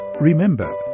Remember